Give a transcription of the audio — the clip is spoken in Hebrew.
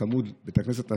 צמוד לו בית כנסת שני.